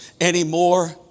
anymore